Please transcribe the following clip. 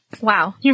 Wow